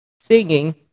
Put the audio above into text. singing